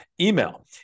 Email